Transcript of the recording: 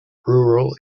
rural